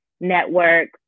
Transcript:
network